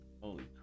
holy